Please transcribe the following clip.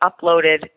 uploaded